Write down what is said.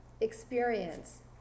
experience